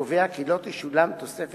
וקובע כי לא תשולם תוספת